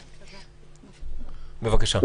בבקשה.